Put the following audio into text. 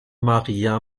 maria